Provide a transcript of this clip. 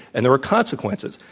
and there were consequences,